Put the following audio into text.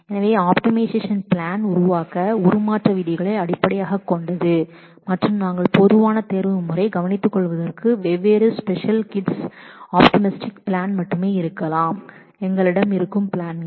எனவே optimise plan உருவாக்கம் transformation ரூல்ஸ்களை அடிப்படையாகக் கொண்டது மற்றும் நாங்கள் பொதுவான தேர்வுமுறை வெவ்வேறு ஸ்பெஷல் கிட்ஸ் ஆப்டிமிஸ்ட்டிக் பிளான் மட்டுமே இருக்கலாம் எங்களிடம் கவனித்துக்கொள்வதற்கு இருக்கும் பிளான்கள்